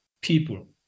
people